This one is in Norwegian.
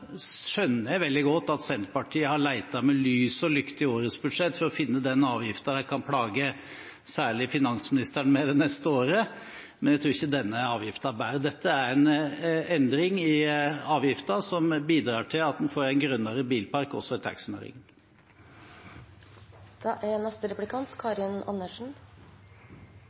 skjønner jeg veldig godt at Senterpartiet har lett med lys og lykte i årets budsjett for å finne den avgiften de kan plage særlig finansministeren med det neste året. Men jeg tror ikke denne avgiften bærer. Dette er en endring i avgiften som bidrar til at en får en grønnere bilpark også i